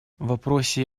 вопросе